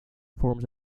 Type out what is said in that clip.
forms